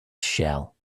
shell